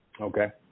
Okay